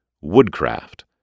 Woodcraft